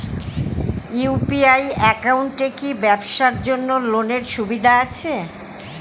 UPI একাউন্টে কি ব্যবসার জন্য লোনের সুবিধা আছে?